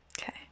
Okay